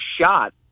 shot